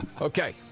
Okay